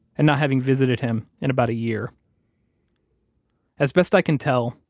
and not having visited him in about a year as best i can tell,